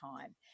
time